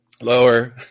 Lower